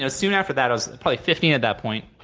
ah soon after that, i was probably fifteen at that point,